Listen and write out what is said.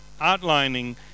outlining